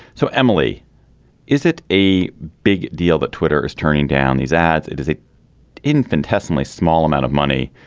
so emily is it a big deal that twitter is turning down these ads. it is a infinitesimally small amount of money